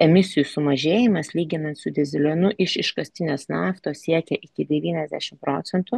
emisijų sumažėjimas lyginant su dyzelinu iš iškastinės naftos siekia iki devyniasdešim procentų